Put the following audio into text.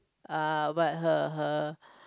uh but her her